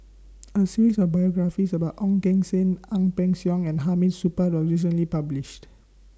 A series of biographies about Ong Keng Sen Ang Peng Siong and Hamid Supaat was recently published